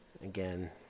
again